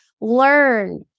learn